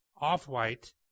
off-white